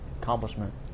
accomplishment